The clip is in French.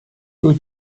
peu